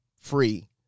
free